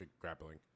grappling